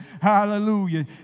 Hallelujah